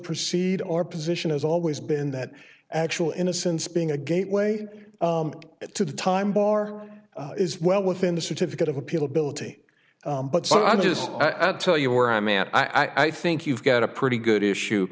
proceed our position has always been that actual innocence being a gateway to the time bar is well within the certificate of appeal ability but so i just i tell you where i'm at i think you've got a pretty good issue